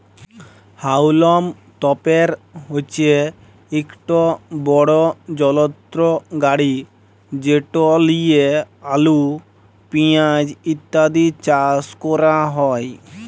হাউলম তপের হছে ইকট বড় যলত্র গাড়ি যেট লিঁয়ে আলু পিয়াঁজ ইত্যাদি চাষ ক্যরা হ্যয়